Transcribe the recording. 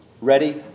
Ready